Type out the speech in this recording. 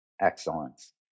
excellence